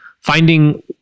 finding